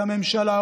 הממשלה,